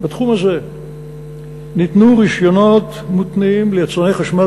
בתחום הזה ניתנו רישיונות מותנים ליצרני חשמל